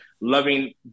loving